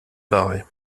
barret